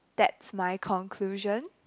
that's my conclusion